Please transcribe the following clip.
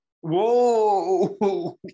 Whoa